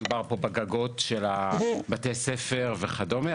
מדובר פה בגגות של בתי ספר וכדומה,